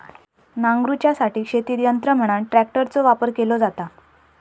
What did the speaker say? नांगरूच्यासाठी शेतीत यंत्र म्हणान ट्रॅक्टरचो वापर केलो जाता